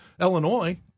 Illinois